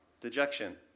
Dejection